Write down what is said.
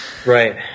Right